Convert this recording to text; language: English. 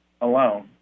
alone